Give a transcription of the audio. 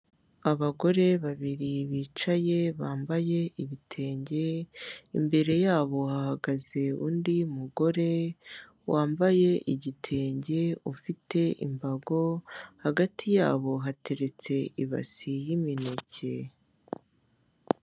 Abagore babiri bicaye bambaye ibitenge imbere yabo hagaze undi mugore wambaye igitenge ufite imbago hagati yabo hateretse ibasi y'imineke.